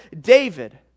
David